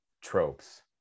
tropes